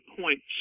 points